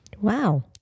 Wow